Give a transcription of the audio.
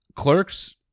Clerks